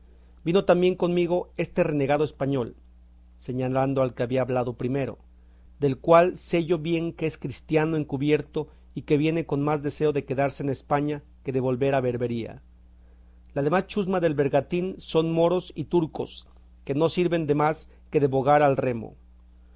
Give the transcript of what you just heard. vino también conmigo este renegado español señalando al que había hablado primero del cual sé yo bien que es cristiano encubierto y que viene con más deseo de quedarse en españa que de volver a berbería la demás chusma del bergantín son moros y turcos que no sirven de más que de bogar al remo